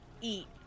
eat